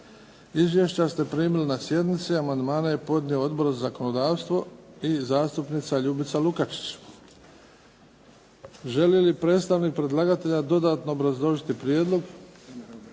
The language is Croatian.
Izvješća ste primili na sjednici. Amandmane je podnio Odbor za zakonodavstvo i zastupnica Ljubica Lukačić. Želi li predstavnik predlagatelja dodatno obrazložiti prijedlog?